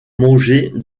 manger